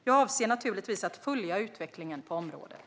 Jag avser givetvis att följa utvecklingen på området.